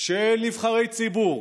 של נבחרי ציבור,